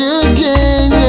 again